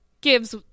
gives